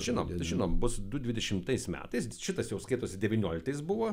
žinom žinom bus du dvidešimtais metais šitas jau skaitosi devynioliktais buvo